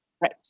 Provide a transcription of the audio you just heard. Right